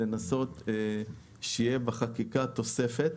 לנסות שתהיה בחקיקה תוספת,